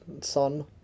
son